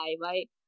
right